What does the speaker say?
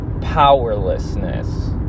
powerlessness